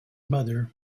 mother